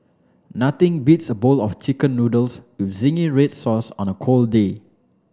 nothing beats a bowl of chicken noodles with zingy red sauce on a cold day